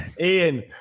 Ian